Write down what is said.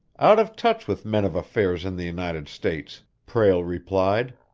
out of touch with men of affairs in the united states, prale replied.